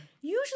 usually